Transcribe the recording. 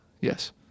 Yes